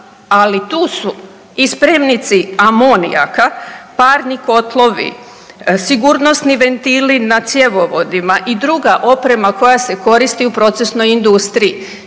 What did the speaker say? ali tu su i spremnici amonijaka, parni kotlovi, sigurnosni ventili na cjevovodima i druga oprema koja se koristi u procesnoj industriji.